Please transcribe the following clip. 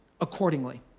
accordingly